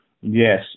Yes